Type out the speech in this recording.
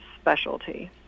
specialty